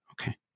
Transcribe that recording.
Okay